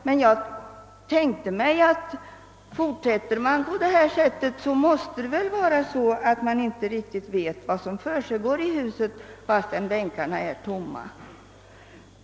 Men jag föreställer mig, att om man fortsätter på det sätt som skett så måste det betyda, att man inte riktigt vet vad som försiggår i huset när bänkarna är tomma.